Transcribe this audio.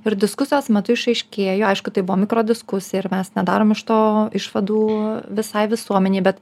ir diskusijos metu išaiškėjo aišku tai buvo mikro diskusija ir mes nedarom iš to išvadų visai visuomenei bet